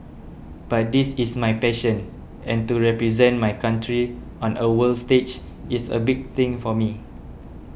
but this is my passion and to represent my country on a world stage is a big thing for me